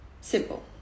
Simple